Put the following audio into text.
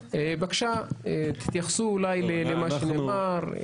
בבקשה, תתייחסו למה שנאמר.